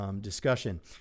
Discussion